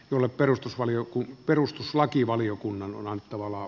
ulla perustusvaliokunta perustuslakivaliokunnan on tavallaan